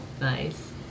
Nice